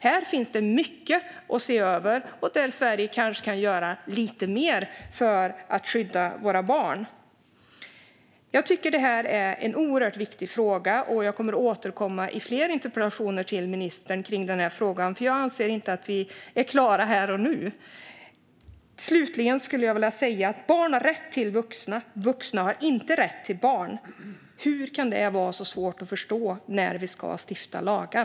Här finns det mycket att se över, och Sverige kan kanske göra lite mer för att skydda våra barn. Det här är en oerhört viktig fråga. Jag kommer att återkomma till ministern med fler interpellationer i frågan. Jag anser nämligen inte att vi är klara här och nu. Slutligen vill jag säga att barn har rätt till vuxna; vuxna har inte rätt till barn. Hur kan det vara så svårt att förstå när vi ska stifta lagar?